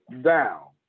down